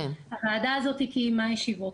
הוועדה הזאת קיימה ישיבות,